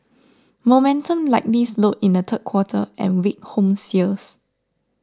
momentum likely slowed in the third quarter and weak home sales